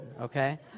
okay